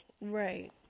Right